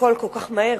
הכול כל כך מהר,